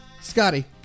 Scotty